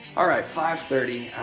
all right, five thirty,